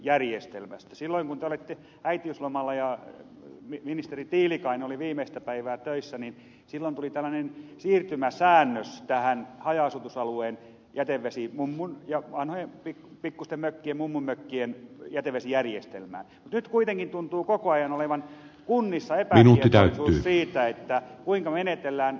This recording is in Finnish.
silloin kun te olitte äitiyslomalla ja ministeri tiilikainen oli viimeistä päivää töissä tuli tällainen siirtymäsäännös haja asutusalueen vanhojen pikkuisten mökkien mummonmökkien jätevesijärjestelmään mutta nyt kuitenkin tuntuu koko ajan olevan kunnissa epätietoisuus siitä kuinka menetellään